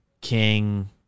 King